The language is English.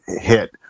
hit